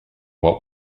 what